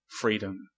freedom